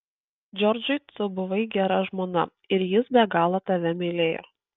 džordžui tu buvai gera žmona ir jis be galo tave mylėjo